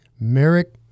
Merrick